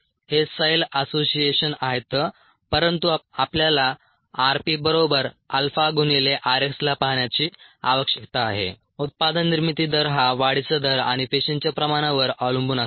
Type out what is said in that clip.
हे cell association आहेत परंतु आपल्याला rp बरोबर अल्फा गुणिले r x ला पाहण्याची आवश्यकता आहे उत्पादन निर्मिती दर हा वाढीचा दर आणि पेशींच्या प्रमाणावर अवलंबून असतो